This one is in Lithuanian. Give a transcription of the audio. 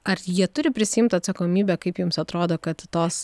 ar jie turi prisiimt atsakomybę kaip jums atrodo kad tos